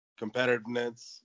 competitiveness